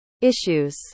issues